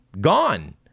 gone